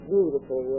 Beautiful